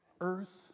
earth